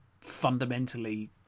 fundamentally